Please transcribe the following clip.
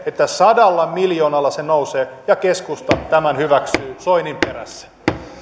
että sadalla miljoonalla se nousee ja keskusta tämän hyväksyy soinin perässä